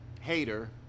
hater